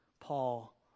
Paul